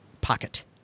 pocket